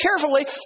carefully